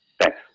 Thanks